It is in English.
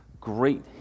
great